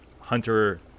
Hunter